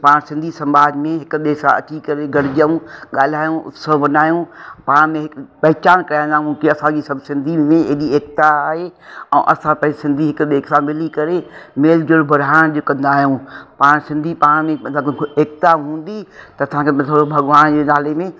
पाण सिंधी समाज में हिक ॿिए सां अची करे गॾिजूं ॻाल्हायूं उत्सव मल्हायूं पाण में हिकु पहिचान कंदा आहियूं की असांजे सभु सिंधी में एॾी एकता आहे ऐं असां भई सिंधी हिक ॿिए खां मिली करे मेल जोल बढ़ाइण जो कंदा आहियूं पाण सिंधी पाण में मतिलबु एकता हूंदी त असांखे बि थोरो भॻिवान जे नाले में